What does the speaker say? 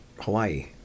Hawaii